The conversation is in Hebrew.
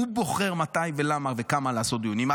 הוא בוחר מתי ולמה וכמה לעשות דיונים.